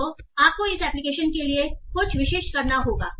तो आपको इस एप्लिकेशन के लिए कुछ विशिष्ट करना होगा